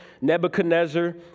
Nebuchadnezzar